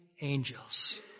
angels